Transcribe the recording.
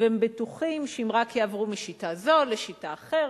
והם בטוחים שאם רק יעברו משיטה זו לשיטה אחרת,